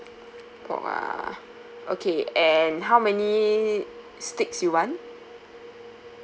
pork ah okay and how many sticks you want